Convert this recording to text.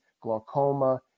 glaucoma